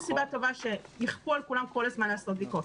סיבה טובה שיכפו על כולם כל הזמן לעשות בדיקות.